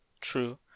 True